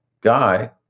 guy